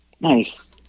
nice